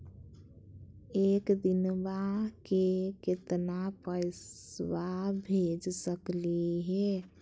एक दिनवा मे केतना पैसवा भेज सकली हे?